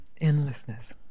endlessness